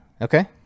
Okay